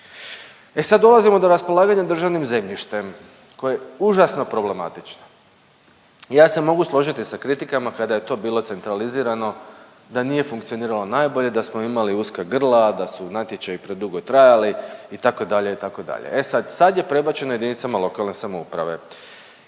E sad dolazimo do raspolaganja državnim zemljištem koje je užasno problematično i ja se mogu složiti sa kritikama kada je to bilo centralizirano, da nije funkcioniralo najbolje, da smo imali uska grla, da su natječaji predugo trajali, itd., itd., e sad, sad je prebačeno JLS. Znate koliko